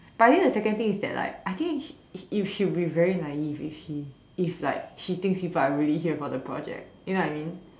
but I think the second thing is that like that I think she she would be very naive if she if like she thinks people are really here for the project you know what I mean